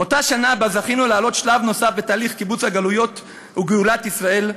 אותה שנה שבה זכינו לעלות שלב נוסף בתהליך קיבוץ הגלויות וגאולת ישראל,